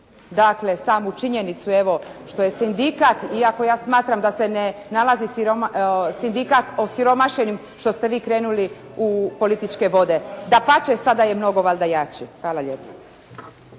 dakle samu činjenicu što je sindikat, iako ja smatram da se ne nalazi sindikat osiromašenim, što ste vi krenuli u političke vode. Dapače, sada je mnogo valjda jači. Hvala lijepo.